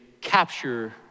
capture